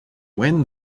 when